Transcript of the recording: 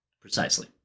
Precisely